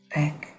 back